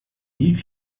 wie